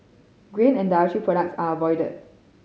grain and products are avoided